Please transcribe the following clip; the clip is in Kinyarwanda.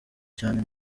cyane